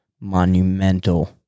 monumental